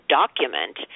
document